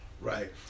Right